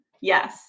Yes